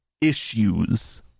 issues